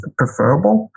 preferable